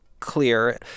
clear